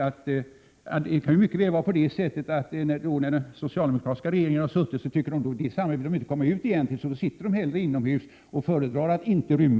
Det kan också vara så att de intagna inte vill komma ut i det socialdemokratiska samhället utan föredrar att sitta inne.